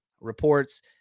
Reports